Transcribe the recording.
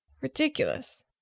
ridiculous